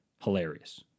hilarious